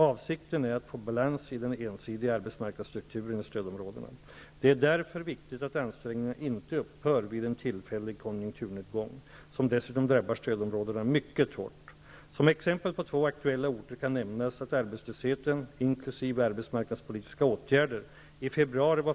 Avsikten är att få balans i den ensidiga arbetsmarknadsstrukturen i stödområdena. Det är därför viktigt att ansträngningarna inte upphör vid en tillfällig konjunkturnedgång, som dessutom drabbar stödområdena mycket hårt. Som exempel på två aktuella orter kan nämnas att arbetslösheten -- inkl.